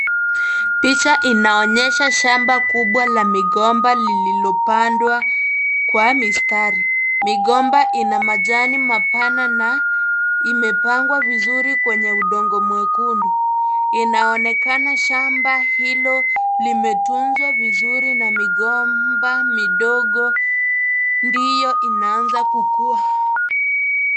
Picha inaonyesha shamba kubwa la migomba lililopandwa kwa mistari. Migomba ina majani mapana na imepangwa vizuri kwenye udongo mwekundu. Inaonekana shamba hilo limetunzwa vizuri na migomba midogo ndio inaanza kukua.